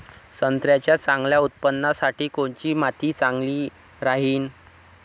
संत्र्याच्या चांगल्या उत्पन्नासाठी कोनची माती चांगली राहिनं?